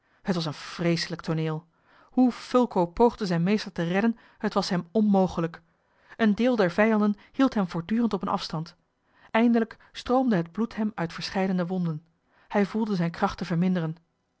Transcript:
t was een vreeselijk tooneel hoe fulco poogde zijn meester te redden het was hem onmogelijk een deel der vijanden hield hem voortdurend op een afstand eindelijk stroomde het bloed hem uit verscheidene wonden hij voelde zijne krachten verminderen